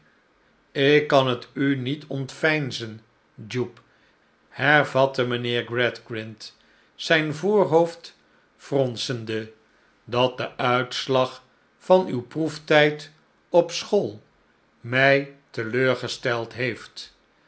ik kan het u niet ontyeinzen jupe hervatte mijnheer gradgrind zijn voorhoofd fronsende dat de uitslag van uw proeftijd op school mij teleurgesteld heeft